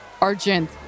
Argent